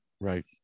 Right